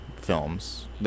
films